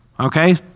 Okay